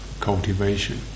cultivation